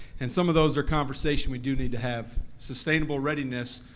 and some of those are conversations we do need to have. sustainable readiness,